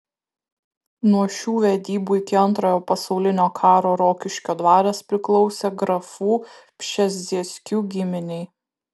nuo šių vedybų iki antrojo pasaulinio karo rokiškio dvaras priklausė grafų pšezdzieckių giminei